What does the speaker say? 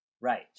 right